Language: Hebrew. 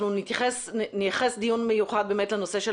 אנחנו נייחד דיון מיוחד באמת לנושא של